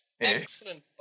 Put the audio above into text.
Excellent